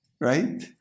right